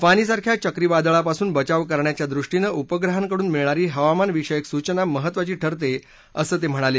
फानी सारख्या चक्रीवादळापासून बचाव करण्याच्या दृष्टीनं उपग्रहांकडून मिळणारी हवामान विषयक सूचना महत्त्वाची ठरते असं ते म्हणाले